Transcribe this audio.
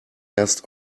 erst